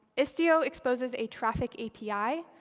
istio exposes a traffic api.